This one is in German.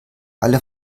alle